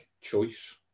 choice